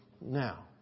now